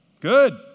Good